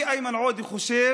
אני, איימן עודה, חושב